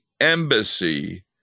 embassy